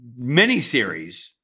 miniseries